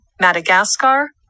Madagascar